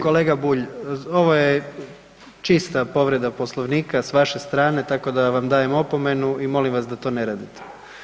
Kolega Bulj, ovo je čista povreda Poslovnika s vaše strane, tako da vam dajem opomenu i molim vas da to ne radite.